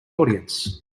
audience